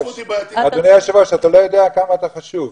אדוני היושב-ראש, אתה לא יודע כמה אתה חשוב.